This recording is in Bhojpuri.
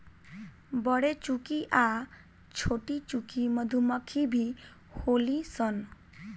बरेचुकी आ छोटीचुकी मधुमक्खी भी होली सन